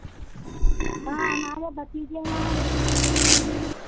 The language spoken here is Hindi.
वहाँ हमारे भतीजे वहाँ रहते हैं